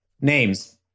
Names